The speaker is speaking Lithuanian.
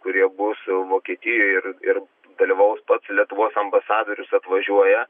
kurie bus vokietijoj ir ir dalyvaus pats lietuvos ambasadorius atvažiuoja